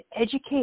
educate